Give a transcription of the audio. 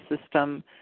system